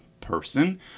person